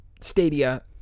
Stadia